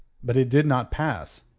but it did not pass.